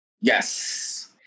Yes